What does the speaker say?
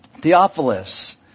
Theophilus